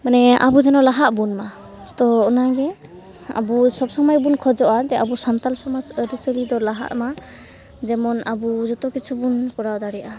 ᱢᱟᱱᱮ ᱟᱵᱚ ᱡᱮᱱᱚ ᱞᱟᱦᱟᱜᱵᱚᱱ ᱢᱟ ᱛᱚ ᱚᱱᱟᱜᱮ ᱟᱵᱚ ᱥᱚᱵᱽ ᱥᱚᱢᱚᱭ ᱵᱚᱱ ᱠᱷᱚᱡᱚᱜᱼᱟ ᱡᱮ ᱟᱵᱚ ᱥᱟᱱᱛᱟᱲ ᱥᱚᱢᱟᱡᱽ ᱟᱹᱨᱤᱼᱪᱟᱹᱞᱤ ᱫᱚ ᱞᱟᱦᱟᱜ ᱢᱟ ᱡᱮᱢᱚᱱ ᱟᱵᱚ ᱡᱚᱛᱚ ᱠᱤᱪᱷᱩᱵᱚᱱ ᱠᱚᱨᱟᱣ ᱫᱟᱲᱮᱜᱼᱟ